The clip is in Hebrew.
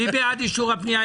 מי בעד אישור הפנייה?